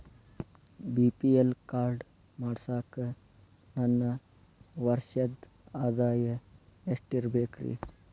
BPL card ಮಾಡ್ಸಾಕ ನನ್ನ ವರ್ಷದ್ ಆದಾಯ ಎಷ್ಟ ಇರಬೇಕ್ರಿ?